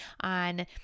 on